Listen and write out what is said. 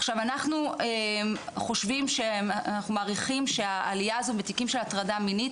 עכשיו אנחנו מעריכים שהעלייה הזו בתיקים של הטרדה מינית,